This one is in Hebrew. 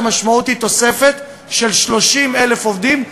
המשמעות היא תוספת של 30,000 עובדים,